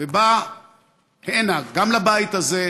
ובא הנה, גם לבית הזה,